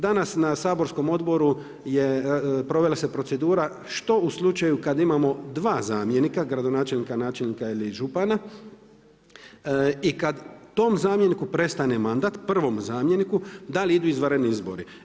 Danas na saborskom odboru provela se procedura što u slučaju kad imamo dva zamjenika gradonačelnika, načelnika ili župana i kad tom zamjeniku prestane mandat, prvom zamjeniku da li idu izvanredni izbori.